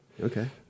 Okay